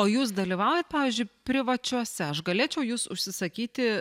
o jūs dalyvaujat pavyzdžiui privačiuose aš galėčiau jus užsisakyti